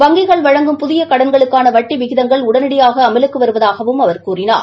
வங்கிகள் வழங்கும் புதிய கடன்களுக்கான வட்டி விகிதங்கள் உடனடியாக அமலுக்கு வருவதாகவும் அவா கூறினார்